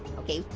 okay,